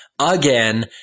again